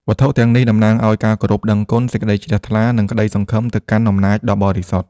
វត្ថុទាំងនេះតំណាងឱ្យការគោរពដឹងគុណ សេចក្តីជ្រះថ្លា និងក្តីសង្ឃឹមទៅកាន់អំណាចដ៏បរិសុទ្ធ។